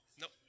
Nope